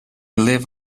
live